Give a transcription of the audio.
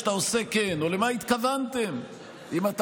אתה עושה "כן"; או למה התכוונתם אם אתה